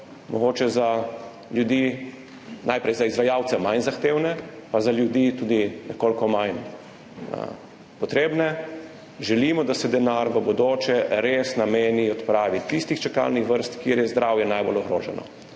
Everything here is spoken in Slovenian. mogoče najprej za izvajalce manj zahtevne, pa za ljudi tudi nekoliko manj potrebne. Želimo, da se denar v bodoče res nameni odpravi tistih čakalnih vrst, kjer je zdravje najbolj ogroženo.